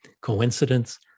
Coincidence